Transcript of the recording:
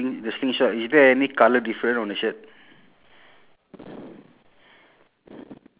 small ball ah then the colour sh~ of the shirt should be the same lah pink